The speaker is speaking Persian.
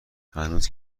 هنوز